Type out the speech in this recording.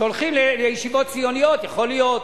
שהולכים לישיבות ציוניות, יכול להיות,